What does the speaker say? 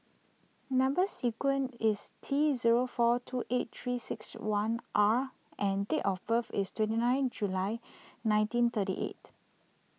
Number Sequence is T zero four two eight three six one R and date of birth is twenty nine July nineteen thirty eight